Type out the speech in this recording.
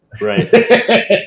Right